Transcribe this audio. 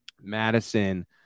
Madison